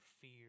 fear